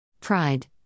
Pride